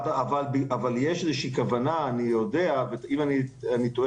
אני יודע שיש כוונה